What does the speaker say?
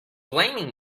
blaming